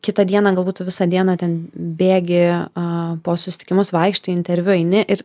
kitą dieną galbūt tu visą dieną ten bėgi a po susitikimus vaikštai interviu eini ir